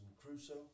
Crusoe